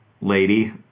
lady